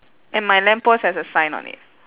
and my lamp post has a sign on it